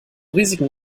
risiken